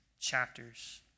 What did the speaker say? chapters